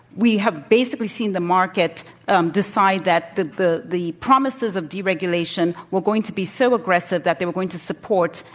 we have basically seen the market um decide that the the promises of deregulation were going to be so aggressive that they were going to support,